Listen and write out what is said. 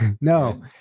no